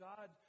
God